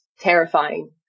terrifying